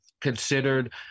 considered